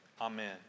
Amen